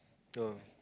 tour